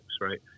Right